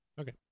okay